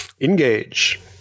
Engage